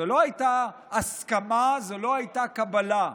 זאת לא הייתה הסכמה, זאת לא הייתה קבלה.